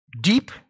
deep